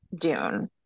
Dune